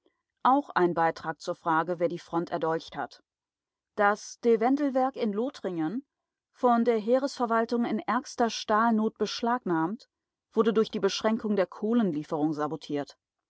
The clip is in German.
auch ein beitrag zur frage wer die front erdolcht hat das de-wendel-werk in lothringen von der heeresverwaltung in ärgster stahlnot beschlagnahmt wurde durch beschränkung der kohlenlieferung sabotiert